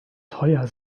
teuer